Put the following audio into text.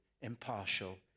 impartial